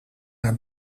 naar